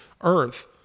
earth